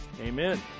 Amen